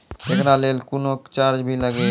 एकरा लेल कुनो चार्ज भी लागैये?